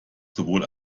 sowohl